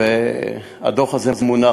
והדוח הזה מונח,